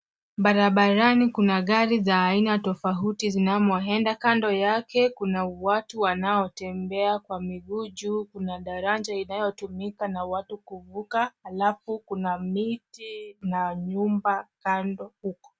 Barabarani kuna gari za aina tofauti zinamoenda. Kando yake kuna watu wanaotembea kwa miguu. Juu kuna daraja inayotumika na watu kuvuka alafu kuna miti na nyumba kando uko.